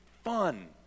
fun